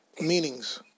meanings